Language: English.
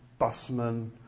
busmen